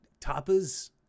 Tapas